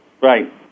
Right